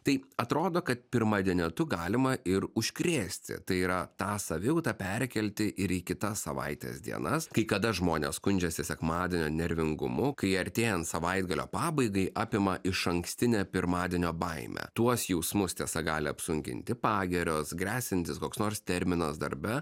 tai atrodo kad pirmadienitu galima ir užkrėsti tai yra tą savijautą perkelti ir į kitas savaitės dienas kai kada žmonės skundžiasi sekmadienio nervingumu kai artėjan savaitgalio pabaigai apima išankstinė pirmadienio baimė tuos jausmus tiesa gali apsunkinti pagirios gresiantis koks nors terminas darbe